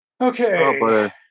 Okay